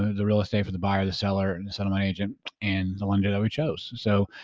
the real estate for the buyer, the seller and settlement agent and the lender that we chose. so,